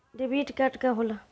Debit card का होला?